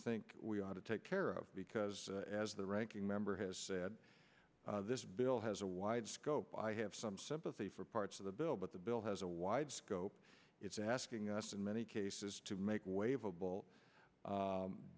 think we ought to take care of because as the ranking member has said this bill has a wide scope i have some sympathy for parts of the bill but the bill has a wide scope it's asking us in many cases to make wave